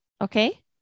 Okay